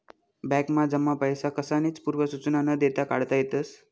बॅकमा जमा पैसा कसानीच पूर्व सुचना न देता काढता येतस